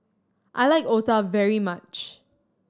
I like otah very much